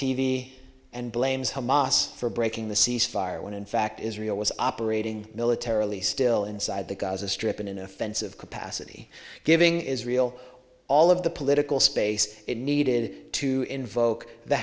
v and blames hamas for breaking the cease fire when in fact israel was operating militarily still inside the gaza strip in an offensive capacity giving israel all of the political space it needed to invoke the